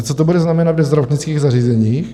A víte, co to bude znamenat ve zdravotnických zařízeních?